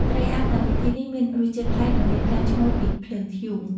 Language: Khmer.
ត្រីអាំងដោយវិធីនេះមានរសជាតិប្លែក និងមានក្លិនឈ្ងុយពីភ្លើងធ្យូង។